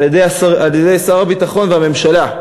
על-ידי שר הביטחון והממשלה.